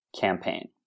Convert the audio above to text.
campaign